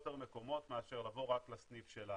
יותר מקומות מאשר לבוא רק לסניף שלנו.